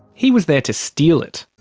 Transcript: he was there to steal it.